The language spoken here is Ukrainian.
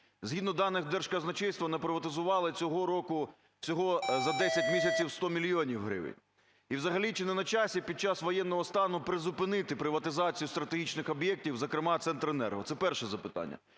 Згідно даних Держказначейства, наприватизували цього року всього за 10 місяців 100 мільйонів гривень. І взагалі чи не на часі під час воєнного стану призупинити приватизацію стратегічних об'єктів, зокрема "Центренерго"? Це перше запитання.